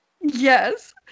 Yes